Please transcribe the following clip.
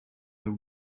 the